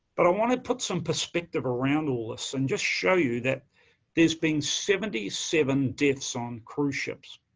but i want to put some perspective around all this and just show you that there's been seventy seven deaths on cruise ships.